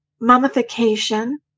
mummification